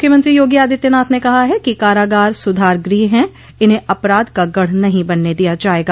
मुख्यमंत्री योगी आदित्यनाथ ने कहा है कि कारागार सुधार गृह है इन्हें अपराध का गढ़ नहीं बनने दिया जायेगा